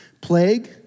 Plague